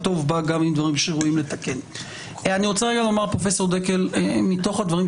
ומותר גם לגרוס שהיא לא תתממש,